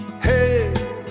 Hey